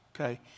okay